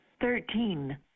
thirteen